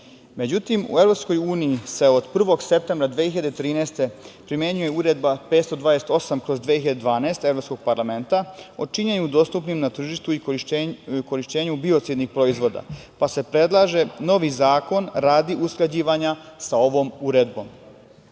Međutim, u EU se od 1. septembra 2013. godine primenjuje Uredba 528/2012 Evropskog parlamenta o činjenju dostupnim na tržištu i korišćenje biocidnih proizvoda, pa se predlaže novi zakon radi usklađivanja sa ovom uredbom.